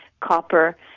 copper